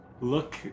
look